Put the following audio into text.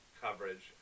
coverage